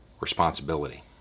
Responsibility